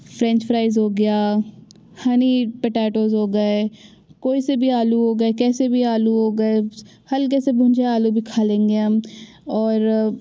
French fries हो गया honey potatoes हो गए कोई से भी आलू हो गए कैसे भी आलू हो गए हलके से भुजे आलू भी खा लेंगे हम और